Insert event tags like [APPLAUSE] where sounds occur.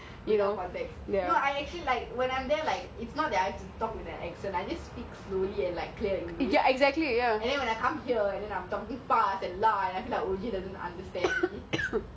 like ya [LAUGHS] in the context when I'm there it's not that I talk with the accent I just speak slowly and clear and then when I